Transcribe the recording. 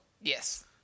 yes